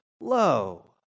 low